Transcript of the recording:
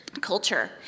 culture